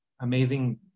amazing